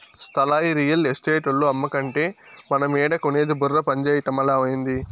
స్థలాలు రియల్ ఎస్టేటోల్లు అమ్మకంటే మనమేడ కొనేది బుర్ర పంజేయటమలా, ఏంది